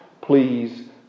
please